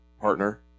partner